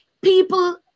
people